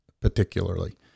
particularly